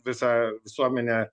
visą visuomenę